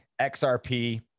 XRP